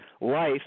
life